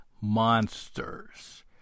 monsters